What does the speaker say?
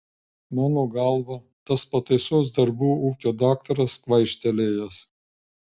mano galva tas pataisos darbų ūkio daktaras kvaištelėjęs